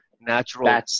natural